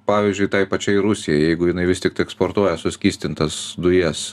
pavyzdžiui tai pačiai rusijai jeigu jinai vis tiktai eksportuoja suskystintas dujas